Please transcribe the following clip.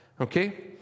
okay